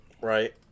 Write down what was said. Right